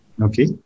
Okay